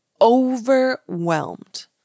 overwhelmed